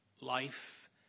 life